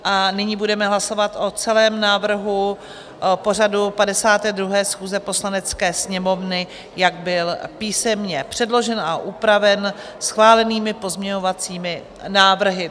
A nyní budeme hlasovat o celém návrhu pořadu 52. schůze Poslanecké sněmovny, jak byl písemně předložen a upraven schválenými pozměňovacími návrhy.